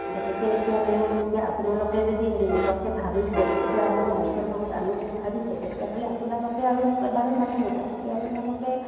গতিকে এতিয়া মোৰ এতিয়া আপোনালোকে যদি এনেকুৱাকে ভাবিছে তেতিয়াহ'লে মাৰ্চৰ মাহত আনো বুলি ভাবিছে তেতিয়াহ'লে আপোনালোকে আৰু মোক এবাৰ মানে মোটামুটি আপোনালোকে